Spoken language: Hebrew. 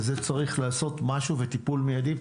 צריך לעשות עם זה משהו ולטפל מיידית.